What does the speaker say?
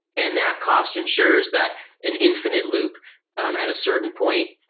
and that cost ensures that an infinite loop um at a certain point,